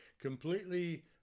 completely